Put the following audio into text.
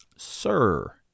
Sir